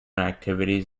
activities